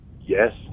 yes